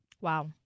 Wow